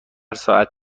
ساعت